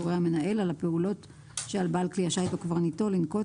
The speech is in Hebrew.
יורה המנהל על הפעולות שעל בעל כלי השיט או קברניטו לנקוט